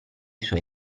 suoi